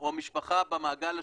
או המשפחה במעגל השני.